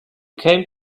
came